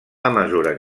mesura